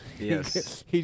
Yes